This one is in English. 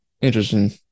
Interesting